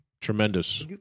tremendous